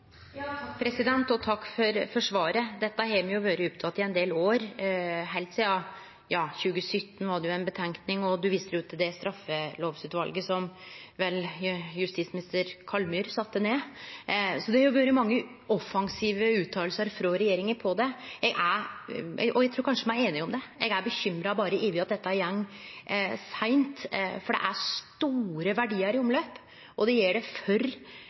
Takk for svaret. Dette har me vore opptekne av i ein del år, heilt sidan 2017, då det var ei utgreiing. Statsråden viser òg til det straffelovutvalet som justisminister Kallmyr vel sette ned. Det har vore mange offensive utsegner frå regjeringa om det. Eg trur kanskje me er einige; eg er berre bekymra over at dette går seint, for det er store verdiar i omløp, og det gjer det for